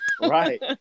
Right